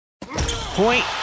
point